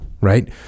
Right